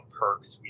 perks